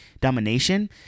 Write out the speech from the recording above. domination